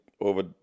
over